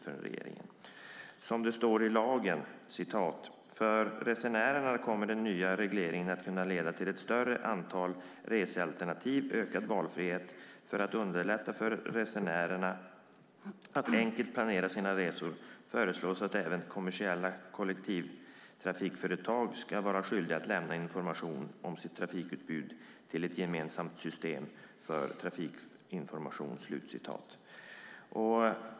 Så här skriver man om lagen: "För resenärerna kommer den nya regleringen att kunna leda till ett större antal resealternativ och ökad valfrihet. För att underlätta för resenärerna att enkelt planera sina resor föreslås att även kommersiella kollektivtrafikföretag ska vara skyldiga att lämna information om sitt trafikutbud till ett gemensamt system för trafikantinformation."